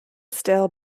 stale